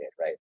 right